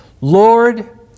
Lord